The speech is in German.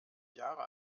jahre